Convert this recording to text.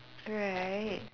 alright